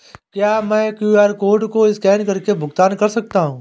क्या मैं QR code को स्कैन करके भुगतान कर सकता हूं?